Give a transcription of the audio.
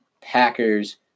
Packers